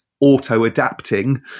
auto-adapting